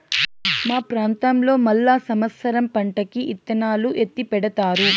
మా ప్రాంతంలో మళ్ళా సమత్సరం పంటకి ఇత్తనాలు ఎత్తిపెడతారు